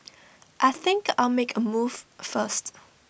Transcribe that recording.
I think I'll make A move first